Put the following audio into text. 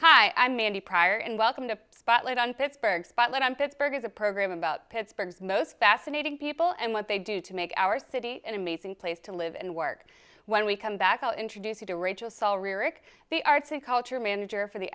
hi i'm mandy pryor and welcome to spotlight on pittsburgh spotlight on pittsburgh is a program about pittsburgh's most fascinating people and what they do to make our city an amazing place to live and work when we come back i'll introduce you to rachel saul rearick the arts and culture manager for the